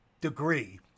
degree